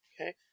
Okay